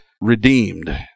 redeemed